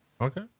Okay